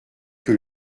que